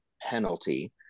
penalty